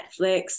Netflix